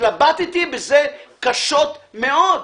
התלבטתי בזה קשות מאוד.